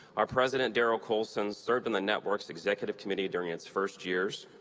our president, darrel colson, served on the network's executive committee during its first years,